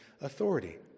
authority